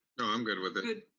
no, i'm good with it,